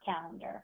calendar